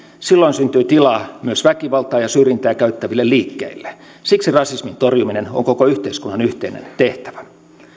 silloin syntyy tilaa myös väkivaltaa ja syrjintää käyttäville liikkeille siksi rasismin torjuminen on koko yhteiskunnan yhteinen tehtävä